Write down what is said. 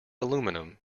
aluminum